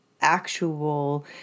actual